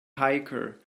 hiker